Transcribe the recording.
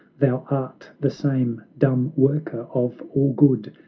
thou art the same dumb worker of all good,